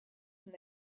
from